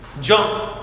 jump